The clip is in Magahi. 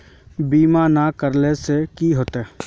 बीमा ना करेला से की होते?